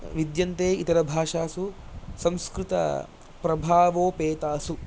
विद्यन्ते इतरभाषासु संस्कृतप्रभावोपेतासु